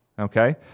Okay